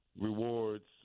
rewards